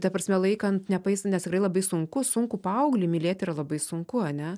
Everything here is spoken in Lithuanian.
ta prasme laikant nepais nes tikrai labai sunku sunkų paauglį mylėti yra labai sunku ane